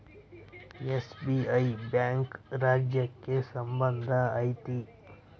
SBI bank ರಾಜ್ಯಕ್ಕೆ ಸಂಬಂಧ ಐತಿ